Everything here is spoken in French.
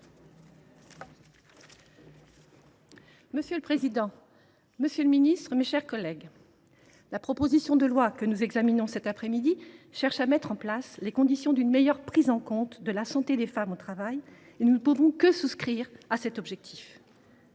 Monsieur le président, monsieur le ministre, mes chers collègues, la proposition de loi que nous examinons cette après midi vise à mettre en place les conditions d’une meilleure prise en considération de la santé des femmes au travail, un objectif auquel nous ne pouvons que souscrire, car